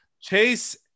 Chase